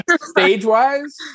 stage-wise